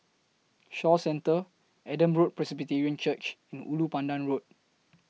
Shaw Centre Adam Road Presbyterian Church and Ulu Pandan Road